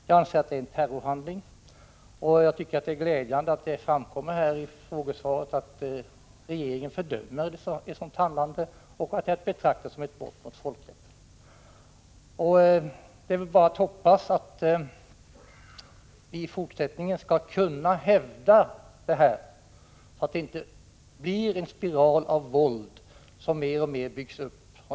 Jag anser att det är en terrorhandling, och det är glädjande att det i frågesvaret framkommer att regeringen fördömer ett sådant handlande och betraktar det som ett brott mot folkrätten. Det är bara att hoppas att vi i fortsättningen skall kunna hävda detta, så att det inte byggs upp en spiral av våld.